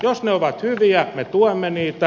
jos ne ovat hyviä me tuemme niitä